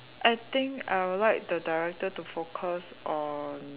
I think I'll like the director to focus on